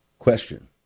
Question